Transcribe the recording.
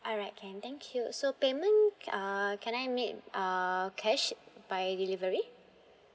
alright can thank you so payment uh can I made uh cash by delivery